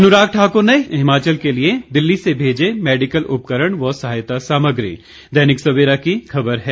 अनुराग ठाकुर ने हिमाचल के लिए दिल्ली से भेजे मेडिकल उपकरण व सहायता सामग्री दैनिक सवेरा की खबर है